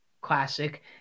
classic